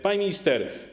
Pani Minister!